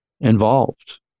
involved